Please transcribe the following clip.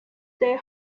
they